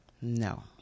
No